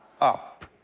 up